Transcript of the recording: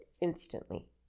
instantly